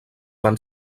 van